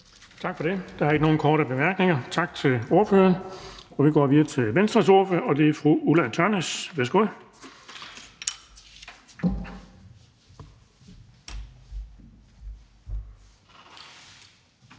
Tak for det. Der er ikke nogen korte bemærkninger. Tak til ordføreren. Vi går videre til Venstres ordfører, og det er fru Ulla Tørnæs. Værsgo.